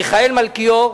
מיכאל מלכיאור,